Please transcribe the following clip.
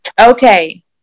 Okay